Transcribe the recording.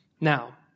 Now